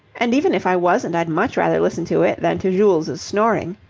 and, even if i wasn't, i'd much rather listen to it than to jules' snoring.